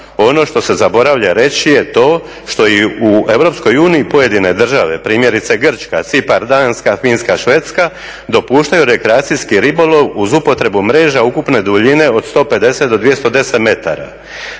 ono što se zaboravlja reći je to što i u EU pojedine države, primjerice Grčka, Cipar, Danska, Finska, Švedska dopuštaju rekreacijski ribolov uz upotrebu mreža ukupne duljine od 150 do 210 metara.